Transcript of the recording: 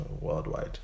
worldwide